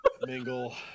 mingle